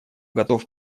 готов